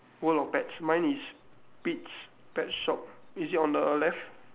world of pets mine is pete's pet shop is it on the left